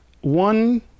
one